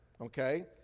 okay